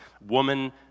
Woman